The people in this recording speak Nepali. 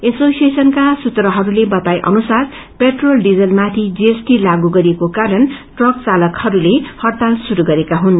एसोसिएशनका सूत्रहरूले बताए अनुसार पेट्रोल डिजल माथि जीएसटि लागू गरिएको कारण ट्रक घालकहरू हइताल शुरू गरेका हुनु